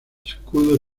escudo